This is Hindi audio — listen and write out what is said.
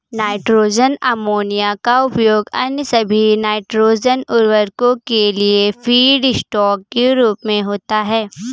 नाइट्रोजन अमोनिया का उपयोग अन्य सभी नाइट्रोजन उवर्रको के लिए फीडस्टॉक के रूप में होता है